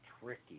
tricky